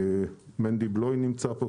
ומנדי בלוי נמצא פה,